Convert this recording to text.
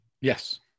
Yes